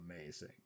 amazing